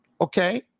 Okay